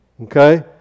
okay